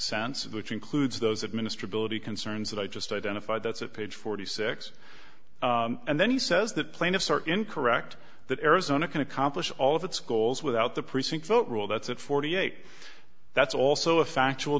sense which includes those administer ability concerns that i just identified that's at page forty six and then he says that plaintiffs are incorrect that arizona can accomplish all of its goals without the precinct vote rule that's at forty eight that's also a factual